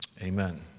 Amen